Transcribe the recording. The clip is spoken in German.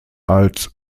als